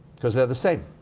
cause they're the same.